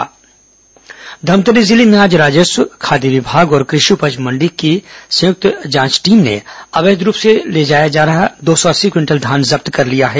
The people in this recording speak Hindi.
अवैध धान जब्त धमतरी जिले में आज राजस्व खाद्य विभाग और कृषि उपज मण्डी के संयुक्त जांच दल ने अवैध रूप से ले जाया जा रहा दो सौ अस्सी क्विंटल धान जब्त कर लिया है